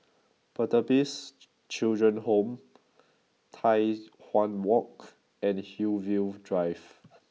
Pertapis Children Home Tai Hwan Walk and Hillview Drive